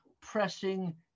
pressing